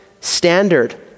standard